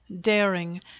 daring